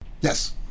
Yes